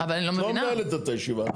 את לא מנהלת את הישיבה,